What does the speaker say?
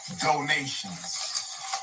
donations